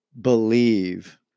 believe